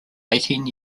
eighteen